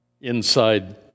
inside